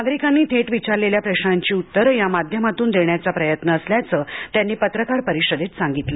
नागरिकांनी थेट विचारलेल्या प्रश्नांची उतरं या माध्यमातून देण्याचा प्रयत्न असल्याचं महापौरांनी पत्रकार परिषदेत सांगितलं